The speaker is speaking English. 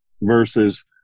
versus